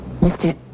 Mr